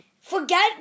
Forget